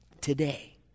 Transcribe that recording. today